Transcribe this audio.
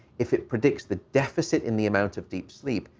if it predicts the deficit in the amount of deep sleep,